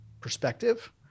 perspective